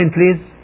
Please